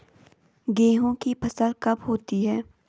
गेहूँ की फसल कब होती है?